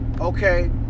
Okay